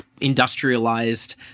industrialized